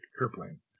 airplane